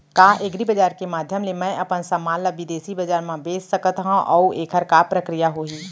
का एग्रीबजार के माधयम ले मैं अपन समान ला बिदेसी बजार मा बेच सकत हव अऊ एखर का प्रक्रिया होही?